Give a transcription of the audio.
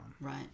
right